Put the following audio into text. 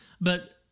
but-